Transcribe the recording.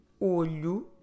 OLHO